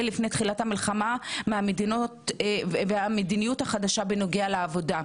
לפני תחילת המלחמה והמדיניות החדשה בנוגע לעבודה.